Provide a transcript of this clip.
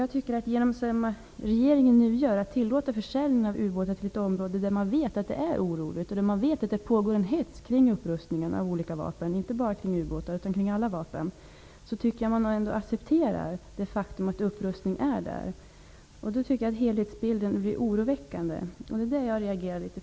Genom att regeringen tillåter försäljning av ubåtar till ett område, som man vet är oroligt och där det pågår en hets kring upprustningen med olika vapen, inte bara ubåtar utan alla vapen, accepterar regeringen det faktum att en upprustning pågår. Då blir helhetsbilden oroväckande, vilket jag reagerar mot.